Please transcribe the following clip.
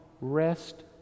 rest